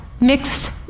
mixed